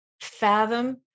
fathom